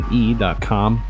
e.com